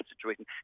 situation